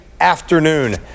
afternoon